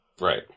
Right